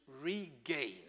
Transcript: regain